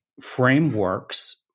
frameworks